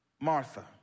Martha